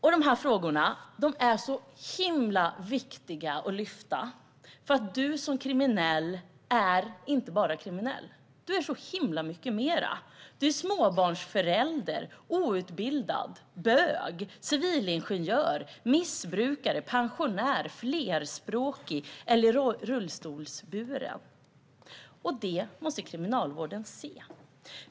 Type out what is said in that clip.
Dessa frågor är mycket viktiga att lyfta fram eftersom den som är kriminell inte bara är kriminell utan så mycket mer. Den som är kriminell kan också vara småbarnsförälder, outbildad, bög, civilingenjör, missbrukare, pensionär, flerspråkig eller rullstolsburen. Detta måste kriminalvården se.